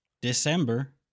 December